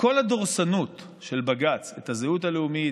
בכל הדורסנות של בג"ץ את הזהות הלאומית,